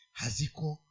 haziko